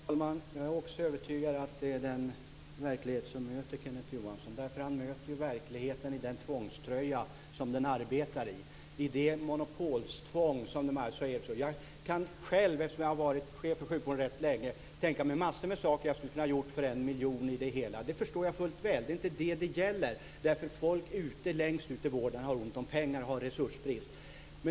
Fru talman! Jag är också övertygad om att det är den verklighet som möter Kenneth Johansson. Han möter ju verkligheten i den tvångströja som den arbetar i, i det monopolstvång som gäller. Jag kan själv, eftersom jag har varit chef för sjukvården rätt länge, tänka mig massor av saker jag skulle ha kunnat göra för en miljon. Det förstår jag väl. Det är inte det det gäller. Folk längst ute i vården har resursbrist.